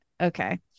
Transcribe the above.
Okay